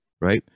right